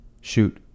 Shoot